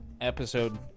episode